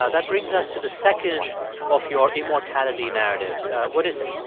ah that brings us to the second of your immortality narratives. what is it?